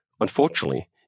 unfortunately